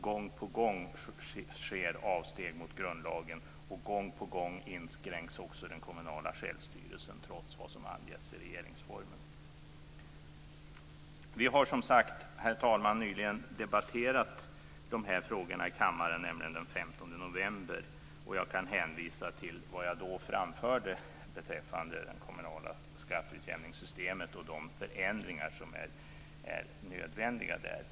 Gång på gång sker avsteg mot grundlagen, och gång på gång inskränks också den kommunala självstyrelsen trots vad som anges i regeringsformen. Vi har som sagt, herr talman, nyligen debatterat de här frågorna i kammaren, nämligen den 15 november. Jag kan hänvisa till vad jag då framförde beträffande det kommunala skatteutjämningssystemet och de förändringar som är nödvändiga där.